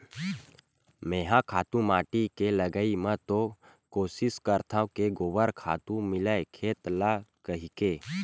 मेंहा खातू माटी के लगई म तो कोसिस करथव के गोबर खातू मिलय खेत ल कहिके